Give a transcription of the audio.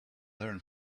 learn